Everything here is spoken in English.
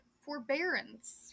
forbearance